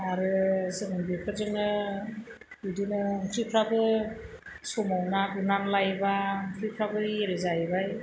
आरो जों बेफोरजोंनो बिदिनो ओंख्रिफ्राबो समाव ना गुरनानै लायबा ओंख्रिफ्राबो एरो जाहैबाय